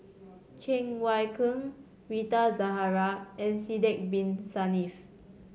Cheng Wai Keung Rita Zahara and Sidek Bin Saniff